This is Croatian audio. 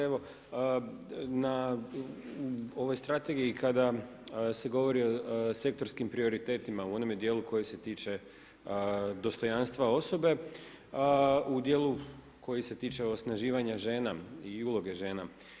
Evo na ovoj strategiji kada se govori o sektorskim prioritetima u onome dijelu koji se tiče dostojanstva osobe u dijelu koji se tiče osnaživanja žena i uloge žena.